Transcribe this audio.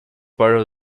part